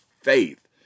faith